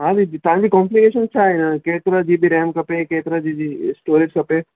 हा दीदी तव्हांजी कॉम्प्लिकेशन छा आहे केतिरो जीबी रैम खपे केतिरो जी बी स्टोरेज खपे